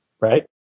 right